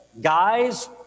guys